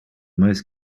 most